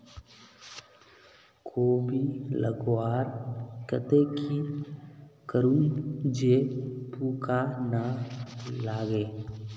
कोबी लगवार केते की करूम जे पूका ना लागे?